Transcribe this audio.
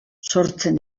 sortzen